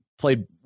played